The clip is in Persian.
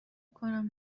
کنم